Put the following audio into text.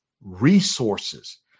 resources